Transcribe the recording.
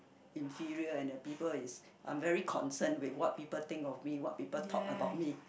inferior and the people is I'm very concern with what people think of me what people talk about me